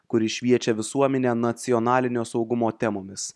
kuris šviečia visuomenę nacionalinio saugumo temomis